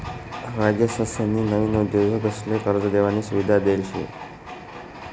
राज्यसनी नवीन उद्योगसले कर्ज देवानी सुविधा देल शे